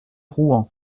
rouen